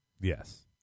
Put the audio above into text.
Yes